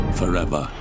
forever